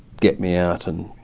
get me out. and